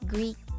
Greek